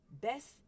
Best